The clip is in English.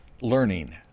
learning